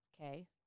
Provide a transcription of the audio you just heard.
Okay